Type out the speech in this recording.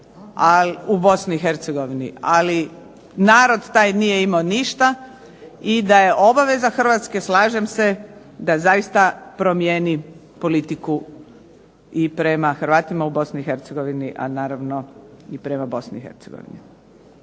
u Bosni i Hercegovini, ali narod taj nije imao ništa i da je obaveza Hrvatske, slažem se, da zaista promijeni politiku i prema Hrvatima u Bosni i Hercegovini, a naravno i prema Bosni i Hercegovini.